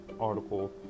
article